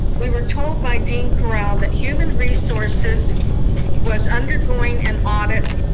we were told by dean currell that human resources was undergoing an audit,